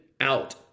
out